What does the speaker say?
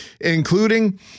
including